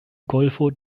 golfo